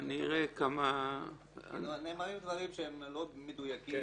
אני אראה כמה --- נאמרים דברים שהם לא מדויקים.